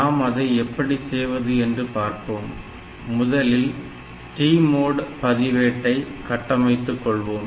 நாம் அதை எப்படி செய்வது என்று பார்ப்போம் முதலில் TMOD பதிவேட்டை கட்டமைத்துக் கொள்வோம்